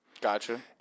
Gotcha